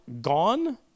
gone